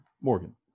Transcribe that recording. Morgan